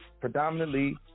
predominantly